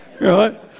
right